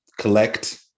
collect